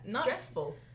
Stressful